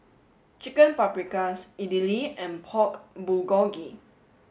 Chicken Paprikas Idili and Pork Bulgogi